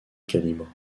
calibre